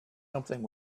something